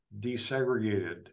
desegregated